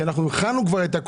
כי אנחנו כבר הכנו הכול,